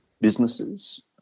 businesses